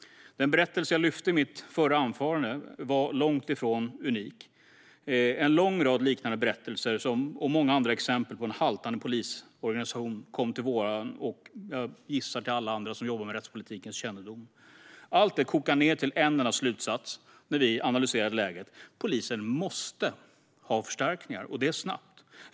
Den berättelse som jag tog upp i mitt förra anförande var långt ifrån unik. En lång rad liknande berättelser samt många andra exempel på en haltande polisorganisation blev kända för oss och - gissar jag - för alla andra som jobbar med rättspolitiken. Allt detta kokade ned till en enda slutsats när vi analyserade läget: Polisen måste ha förstärkningar, och det snabbt.